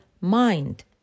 mind